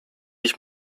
ich